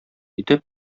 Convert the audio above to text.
итеп